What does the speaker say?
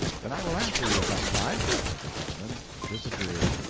then i will answer you at that time, said the gentleman, and disappeared,